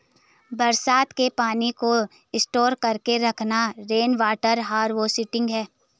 बरसात के पानी को स्टोर करके रखना रेनवॉटर हारवेस्टिंग है